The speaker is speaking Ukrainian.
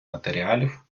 матеріалів